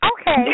Okay